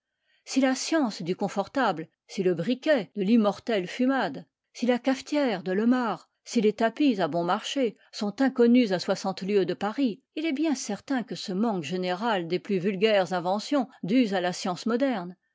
si la science du confortable si le briquet de l'immortel fumade si la cafetière de lemare si les tapis à bon marché sont inconnus à soixante lieues de paris il est bien certain que ce manque général des plus vulgaires inventions dues à la science moderne